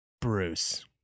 Bruce